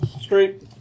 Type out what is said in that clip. Straight